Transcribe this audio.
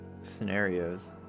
scenarios